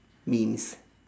memes